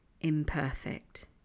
imperfect